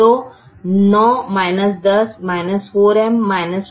तो 9 10 4M 4M 1 है